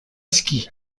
ski